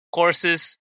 courses